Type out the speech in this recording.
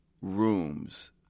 rooms